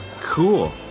Cool